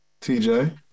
TJ